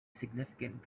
significant